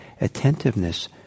attentiveness